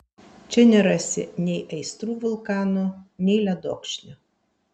čia nerasi nei aistrų vulkano nei ledokšnio